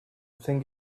thing